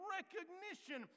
recognition